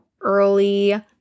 early